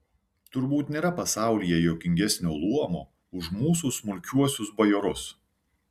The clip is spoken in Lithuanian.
turbūt nėra pasaulyje juokingesnio luomo už mūsų smulkiuosius bajorus